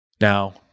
Now